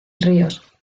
ríos